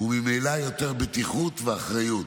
וממילא יותר בטיחות ואחריות.